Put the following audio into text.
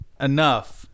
enough